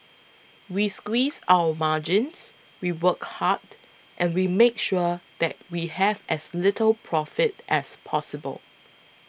we squeeze our margins we work hard and we make sure that we have as little profit as possible